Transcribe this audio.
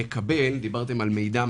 מקבלים מידע,